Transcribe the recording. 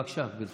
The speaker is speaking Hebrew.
בבקשה, גברתי.